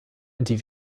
die